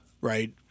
right